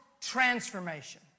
transformation